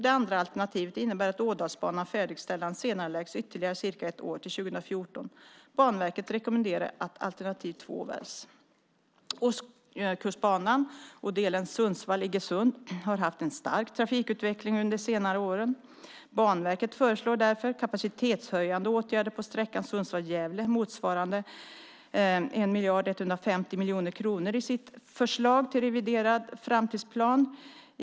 Det andra alternativet innebär att Ådalsbanans färdigställande senareläggs ytterligare cirka ett år till 2014. Banverket rekommenderar att alternativ två väljs. Ostkustbanan och delen Sundsvall-Iggesund har haft en stark trafikutveckling under de senaste åren. Banverket föreslår därför kapacitetshöjande åtgärder på sträckan Sundsvall-Gävle motsvarande 1 150 miljoner kronor i sitt förslag till reviderad framtidsplan.